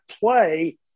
play